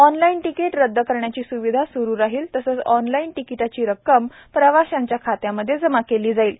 online ticket रद्द करण्याची सुविधा सुरु राहील तसंच ऑनलाईन तिकीटाची रक्कम प्रवाशांच्या खात्यामध्ये जमा केली जाईल